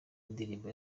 ndirimbo